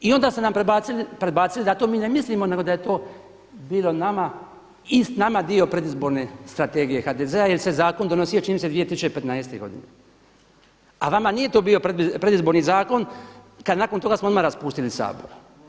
I onda ste nam predbacili da mi to ne mislimo nego da je to bilo i nama dio predizborne strategije HDZ-a jer se zakon donosio čini mi se 2015. godine, a vama nije tu bio predizborni zakon kad nakon toga smo odmah raspustili Sabor.